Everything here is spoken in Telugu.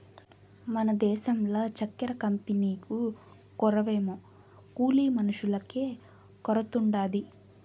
మన దేశంల చక్కెర కంపెనీకు కొరవేమో కూలి మనుషులకే కొరతుండాది